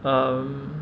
um